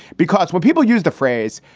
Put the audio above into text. because when people use the phrase,